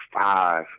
five